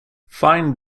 fine